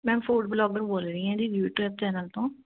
ma'am food blogger ਬੋਲ ਰਹੀ ਹਾਂ ਜੀ ਯੂਟਿਊਬ ਚੈਨਲ ਤੋਂ